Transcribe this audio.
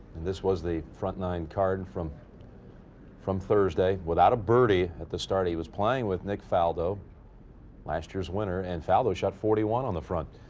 this was the front nine card from from thursday. without a birdie at the start, he was playing with nick faldo last year's winner and faldo shot forty-one on the front.